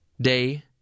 day